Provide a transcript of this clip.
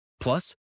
Plus